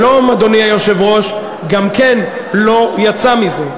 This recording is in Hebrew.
שלום, אדוני היושב-ראש, גם כן לא יצא מזה.